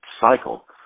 cycle